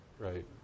Right